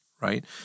right